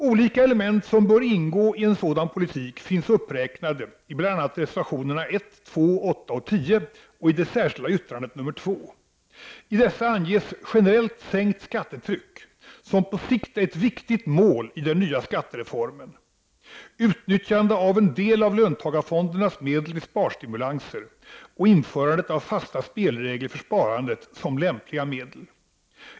Olika element som bör ingå i en sådan politik finns uppräknade i bl.a. reservationerna 1, 2, 8 och 10 samt i det särskilda yttrandet nr 2. I reservationerna och det särskilda yttrandet anges generellt sänkt skattetryck — som på sikt är ett viktigt mål i fråga om den nya skattereformen —, utnyttjandet av en del av löntagarfondernas medel till sparstimulanser och införandet av fasta spelregler för sparandet vara lämpliga medel.